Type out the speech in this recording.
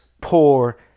poor